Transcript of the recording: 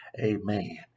Amen